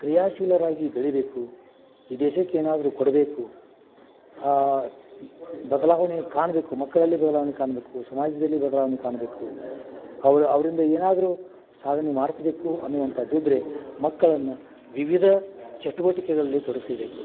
ಕ್ರಿಯಾಶೀಲರಾಗಿ ಬೆಳೀಬೇಕು ಈ ದೇಶಕ್ಕೆ ಏನಾದರೂ ಕೊಡಬೇಕು ಬದಲಾವಣೆ ಕಾಣಬೇಕು ಮಕ್ಕಳಲ್ಲಿ ಬದಲಾವಣೆ ಕಾಣಬೇಕು ಸಮಾಜದಲ್ಲಿ ಬದಲಾವಣೆ ಕಾಣಬೇಕು ಅವರ ಅವರಿಂದ ಏನಾದರೂ ಸಾಧನೆ ಮಾಡಿಸ್ಬೇಕು ಅನ್ನುವಂಥದ್ದಿದ್ದರೆ ಮಕ್ಕಳನ್ನು ವಿವಿಧ ಚಟುವಟಿಕೆಗಳಲ್ಲಿ ತೊಡಗಿಸಲೇಬೇಕು